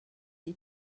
the